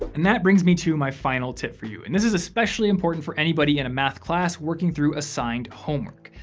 and that brings me to my final tip for you. and this is especially important for anybody in a math class working through assigned homework.